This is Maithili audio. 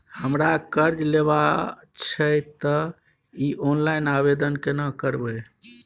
हमरा कर्ज लेबा छै त इ ऑनलाइन आवेदन केना करबै?